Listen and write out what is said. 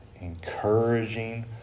encouraging